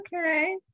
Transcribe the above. Okay